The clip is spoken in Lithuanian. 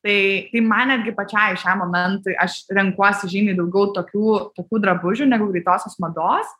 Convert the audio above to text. tai tai man netgi pačiai šiam momentui aš renkuosi žymiai daugiau tokių tokių drabužių negu greitosios mados